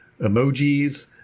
emojis